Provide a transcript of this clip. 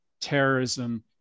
terrorism